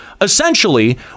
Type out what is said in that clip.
essentially